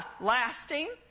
Lasting